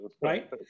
Right